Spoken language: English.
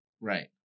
Right